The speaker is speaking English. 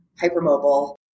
hypermobile